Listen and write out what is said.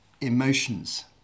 emotions